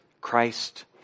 Christ